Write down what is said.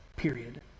period